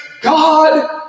God